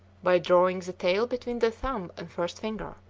by drawing the tail between the thumb and first finger.